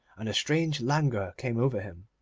and a strange languor came over him.